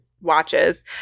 watches